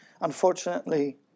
Unfortunately